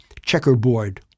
checkerboard